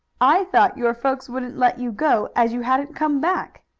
i thought your folks wouldn't let you go, as you hadn't come back.